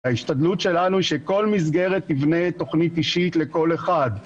ההשתדלות שלנו שכל מסגרת תבנה תוכנית אישית לכל אחד,